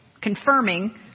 confirming